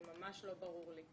זה ממש לא ברור לי.